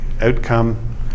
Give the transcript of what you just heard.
outcome